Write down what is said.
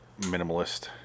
minimalist